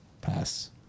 Pass